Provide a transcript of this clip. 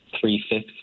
Three-fifths